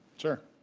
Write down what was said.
sir.